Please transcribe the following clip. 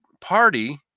party